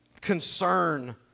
concern